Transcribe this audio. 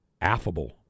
affable